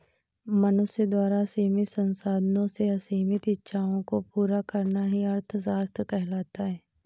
मनुष्य द्वारा सीमित संसाधनों से असीमित इच्छाओं को पूरा करना ही अर्थशास्त्र कहलाता है